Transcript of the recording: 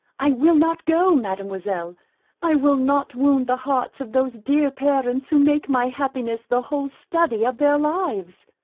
i will not go, mademoiselle i will not wound the hearts of those dear parents who make my happiness the whole study of their lives.